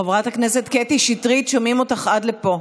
חברת הכנסת קטי שטרית, שומעים אותך עד לפה.